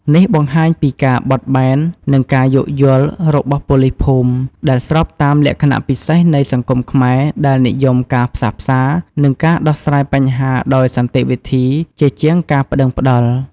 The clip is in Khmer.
នេះបង្ហាញពីការបត់បែន និងការយោគយល់របស់ប៉ូលីសភូមិ ដែល ស្របតាមលក្ខណៈពិសេសនៃសង្គមខ្មែរ ដែលនិយមការផ្សះផ្សា និងការដោះស្រាយបញ្ហាដោយសន្តិវិធីជាជាងការប្តឹងប្តល់។